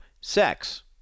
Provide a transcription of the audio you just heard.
sex